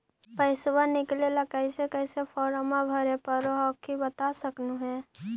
पैसा निकले ला कैसे कैसे फॉर्मा भरे परो हकाई बता सकनुह?